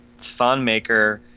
Thonmaker